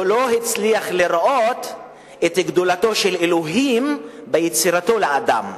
הוא לא הצליח לראות את גדולתו של אלוהים ביצירתו של האדם,